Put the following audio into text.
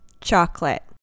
Chocolate